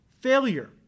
failure